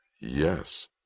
Yes